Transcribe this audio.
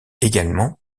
également